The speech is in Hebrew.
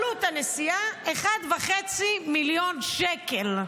עלות הנסיעה 1.5 מיליון שקל.